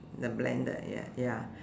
and the blender y~ ya